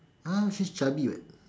!huh! she's chubby [what]